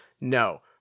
no